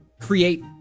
create